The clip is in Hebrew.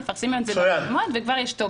מפרסמים את זה ברשימון וכבר יש תוקף.